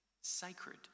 Sacred